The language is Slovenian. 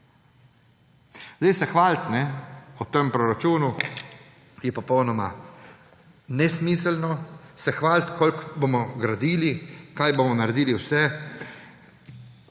Zdaj se hvaliti o tem proračunu, je popolnoma nesmiselno, se hvaliti, koliko bomo gradili, kaj bomo naredili vse.